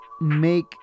make